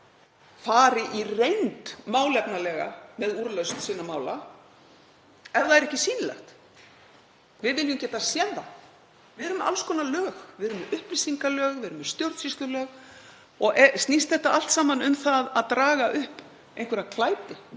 fari í reynd málefnalega með úrlausn sinna mála ef það er ekki sýnilegt. Við viljum geta séð það. Við erum með alls konar lög, við erum með upplýsingalög, við erum með stjórnsýslulög. Og snýst þetta allt saman um það að draga upp einhverja glæpi?